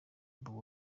bobi